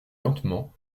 lentement